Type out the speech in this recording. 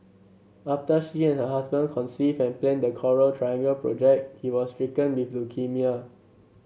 after she and her husband conceived and planned the Coral Triangle project he was stricken with leukaemia